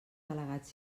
delegats